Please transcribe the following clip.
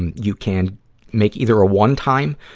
and you can make either a one-time,